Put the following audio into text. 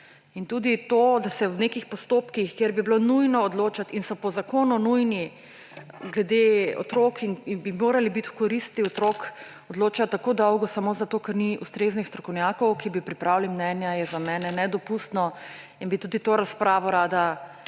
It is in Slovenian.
Tudi to, da se v nekih postopkih, kjer bi bilo nujno odločati in so po zakonu nujni glede otrok in bi morali biti v koristi otrok, odločajo tako dolgo samo zato, ker ni ustreznih strokovnjakov, ki bi pripravili mnenja, je za mene nedopustno. Tudi to razpravo bi rada